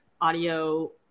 audio